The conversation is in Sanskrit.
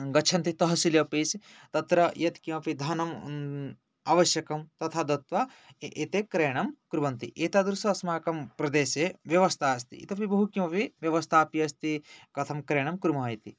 गच्छन्ति तहसील् आफीस् तत्र यत्किमपि धनम् आवश्यकं तथा दत्वा इति क्रयणं कुर्वन्ति एतादृशम् अस्माकं प्रदेशे व्यवस्था अस्ति इतोऽपि बहु किमपि व्यवस्थाऽपि अस्ति कथं क्रयणं कुर्मः इति